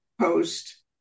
post